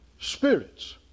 spirits